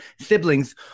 siblings